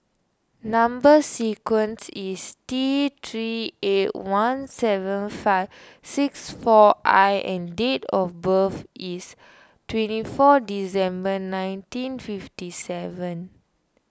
Number Sequence is T three eight one seven five six four I and date of birth is twenty four December nineteen fifty seven